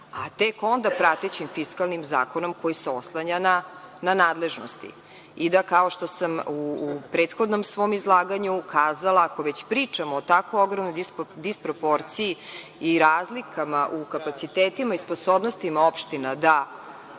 a tek onda pratećim fiskalnim zakonom koji se oslanja na nadležnosti i da, kao što sam u prethodnom svom izlaganju ukazala, ako već pričamo o tako ogromnoj disproporciji i razlikama u kapacitetima i sposobnostima opština da